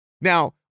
Now